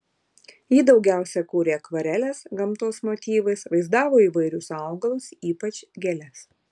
ji daugiausiai kūrė akvareles gamtos motyvais vaizdavo įvairius augalus ypač gėles